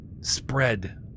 spread